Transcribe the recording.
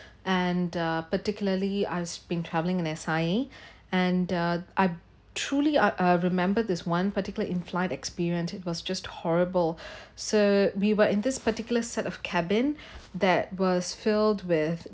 and uh particularly I s~ been travelling an asia and uh I truly I I remember this one particular inflight experience it was just horrible so we were in this particular set of cabin that was filled with